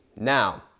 Now